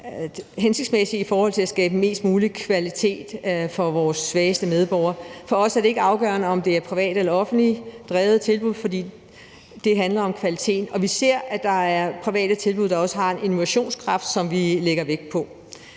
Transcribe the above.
hensigtsmæssigt i forhold til at skabe mest mulig kvalitet for vores svageste medborgere. For os er det ikke afgørende, om det er privat eller offentligt drevne tilbud, for det handler om kvalitet, og vi ser, at der er private tilbud, der også har en innovationskraft, som vi lægger vægt på.